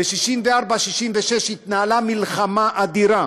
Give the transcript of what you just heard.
ב-1964, 1966, התנהלה מלחמת אדירה,